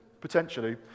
Potentially